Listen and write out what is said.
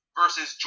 versus